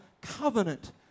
covenant